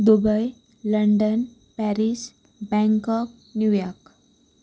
Dubai London Paris Bangkok New York